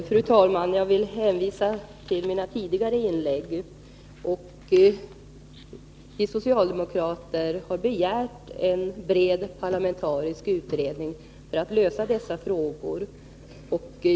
Fru talman! Jag hänvisar till mina tidigare inlägg. Vi socialdemokrater har begärt en bred parlamentarisk utredning för att lösa dessa frågor.